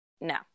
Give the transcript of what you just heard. no